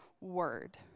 word